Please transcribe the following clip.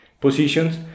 positions